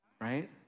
right